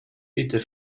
bitte